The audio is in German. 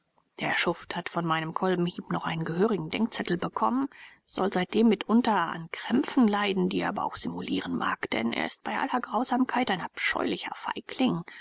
der schuft hat von meinem kolbenhieb doch einen gehörigen denkzettel bekommen soll seitdem mitunter an krämpfen leiden die er aber auch simulieren mag denn er ist bei aller grausamkeit ein abscheulicher feigling